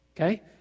Okay